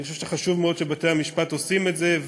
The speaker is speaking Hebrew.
אני חושב שחשוב מאוד שבתי-המשפט עושים את זה,